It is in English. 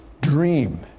dream